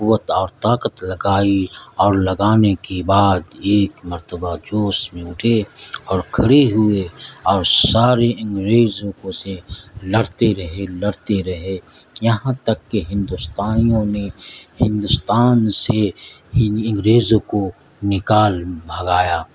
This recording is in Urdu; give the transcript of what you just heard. قوت اور طاقت لگائی اور لگانے کے بعد ایک مرتبہ جوش میں اٹھے اور کھڑے ہوئے اور سارے انگریزوں کو سے لڑتے رہے لڑتے رہے یہاں تک کہ ہندوستانیوں نے ہندوستان سے انگریزوں کو نکال بھگایا